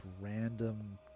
random